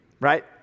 Right